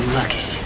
lucky